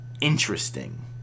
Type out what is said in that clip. interesting